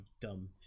dumb